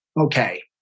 okay